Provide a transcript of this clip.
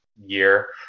year